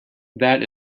that